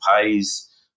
pays